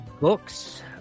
Books